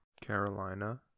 Carolina